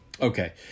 Okay